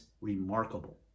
remarkable